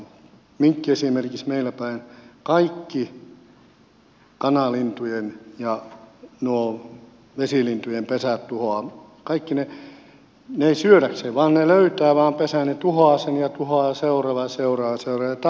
minkki esimerkiksi meillä päin kaikki kanalintujen ja vesilintujen pesät tuhoaa ei syödäkseen vaan se löytää vain pesän tuhoaa sen ja tuhoaa seuraavan ja seuraavan ja seuraavan ja tappaa vain tappamistaan